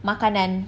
makanan